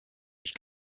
ich